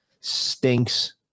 stinks